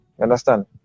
understand